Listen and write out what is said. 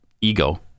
ego